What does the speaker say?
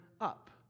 up